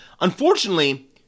unfortunately